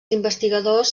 investigadors